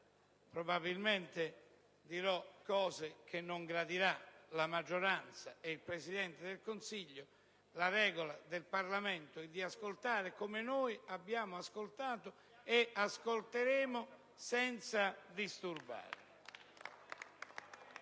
Probabilmente dirò cose che la maggioranza e il Presidente del Consiglio non gradiranno, ma la regola del Parlamento è di ascoltare, come noi abbiamo ascoltato e ascolteremo, senza disturbare.